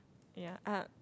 ya ah